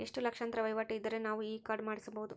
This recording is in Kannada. ಎಷ್ಟು ಲಕ್ಷಾಂತರ ವಹಿವಾಟು ಇದ್ದರೆ ನಾವು ಈ ಕಾರ್ಡ್ ಮಾಡಿಸಬಹುದು?